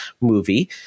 movie